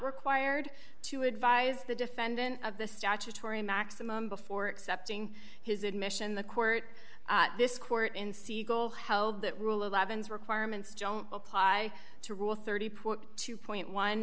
required to advise the defendant of the statutory maximum before accepting his admission the court this court in segal held that rule of levin's requirements don't apply to rule thirty two point one